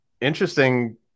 interesting